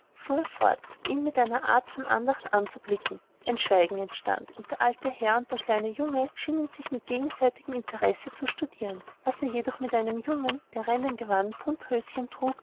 ihn mit einer art von andacht anzublicken ein schweigen entstand und der alte herr und der kleine junge schienen sich mit gegenseitigem interesse zu studieren was er jedoch mit einem jungen der rennen gewann pumphöschen trug